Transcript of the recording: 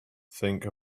think